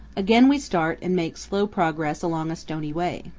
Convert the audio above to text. again we start and make slow progress along a stony way.